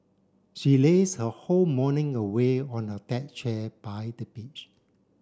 she lazed her whole morning away on a deck chair by the beach